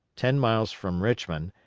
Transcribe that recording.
ten miles from richmond,